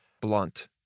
blunt